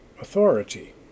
authority